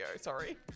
Sorry